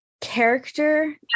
character